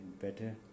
better